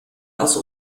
aus